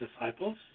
disciples